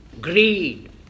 greed